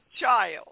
child